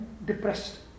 Depressed